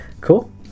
Cool